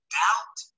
doubt